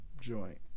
joint